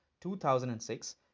2006